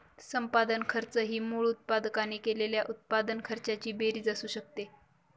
संपादन खर्च ही मूळ उत्पादकाने केलेल्या उत्पादन खर्चाची बेरीज असू शकते